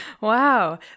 Wow